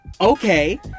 Okay